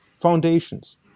foundations